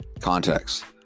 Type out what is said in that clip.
context